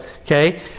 okay